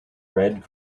red